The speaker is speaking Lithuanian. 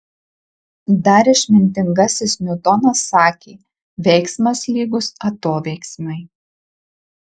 dar išmintingasis niutonas sakė veiksmas lygus atoveiksmiui